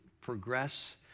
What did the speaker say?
progress